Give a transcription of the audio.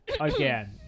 Again